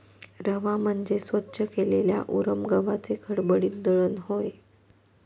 रवा म्हणजे स्वच्छ केलेल्या उरम गव्हाचे खडबडीत दळण होय